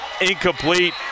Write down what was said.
incomplete